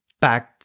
back